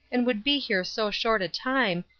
and would be here so short a time,